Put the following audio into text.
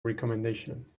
recomendation